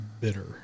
bitter